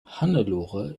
hannelore